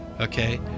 okay